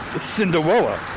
Cinderella